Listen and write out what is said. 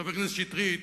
חבר הכנסת שטרית,